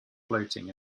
floating